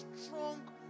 strong